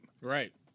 Right